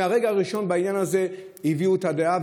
מהרגע הראשון בעניין הזה הביעו את הדעה,